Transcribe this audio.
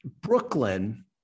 Brooklyn